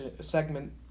segment